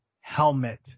helmet